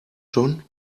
schon